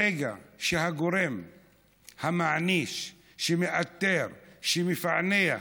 ברגע שהגורם המעניש, שמאתר, שמפענח,